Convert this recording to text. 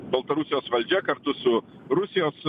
baltarusijos valdžia kartu su rusijos